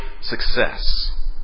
success